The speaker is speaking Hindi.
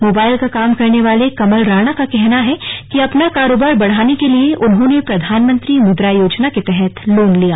मोबाइल का काम करने वाले कमल राणा का कहना है कि अपना कारोबार बढ़ाने के लिए उन्होंने प्रधानमंत्री मुद्रा योजना के तहत लोन लिया